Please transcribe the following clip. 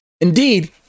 Indeed